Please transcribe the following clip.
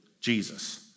Jesus